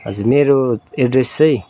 हजुर मेरो एड्रेस चाहिँ